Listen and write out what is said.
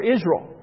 Israel